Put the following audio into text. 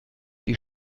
die